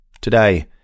Today